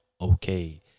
okay